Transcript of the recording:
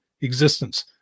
existence